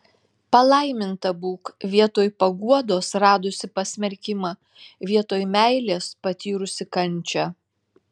palaiminta būk vietoj paguodos radusi pasmerkimą vietoj meilės patyrusi kančią